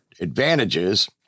advantages